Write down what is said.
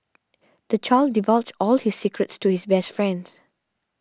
the child divulged all his secrets to his best friend